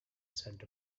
sent